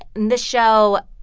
this show,